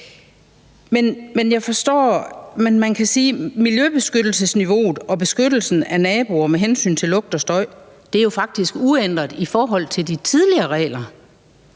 faktisk sige, at miljøbeskyttelsesniveauet og beskyttelsen af naboer med hensyn til lugt og støj er uændret i forhold til de tidligere regler.